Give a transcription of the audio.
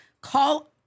call